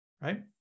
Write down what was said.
right